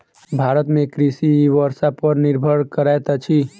भारत में कृषि वर्षा पर निर्भर करैत अछि